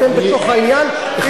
אתם בתוך העניין.